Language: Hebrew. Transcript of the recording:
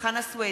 חנא סוייד,